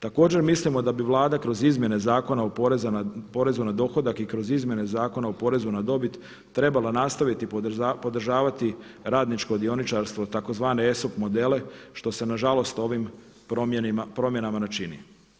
Također mislimo da bi Vlada kroz izmjene Zakona o porezu na dohodak i kroz izmjene Zakona o porezu na dobit trebala nastaviti podržavati radničko dioničarstvo tzv. ESUP modele što se nažalost ovim promjenama ne čini.